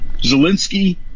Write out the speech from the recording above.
Zelensky